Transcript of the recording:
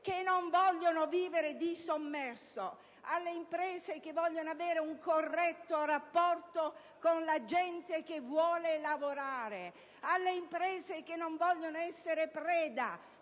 che non intendono vivere di sommerso, alle imprese che vogliono avere un corretto rapporto con la gente che vuole lavorare, alle imprese che non vogliono essere preda